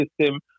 system